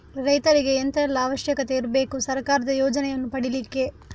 ರೈತರಿಗೆ ಎಂತ ಎಲ್ಲಾ ಅವಶ್ಯಕತೆ ಇರ್ಬೇಕು ಸರ್ಕಾರದ ಯೋಜನೆಯನ್ನು ಪಡೆಲಿಕ್ಕೆ?